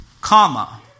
comma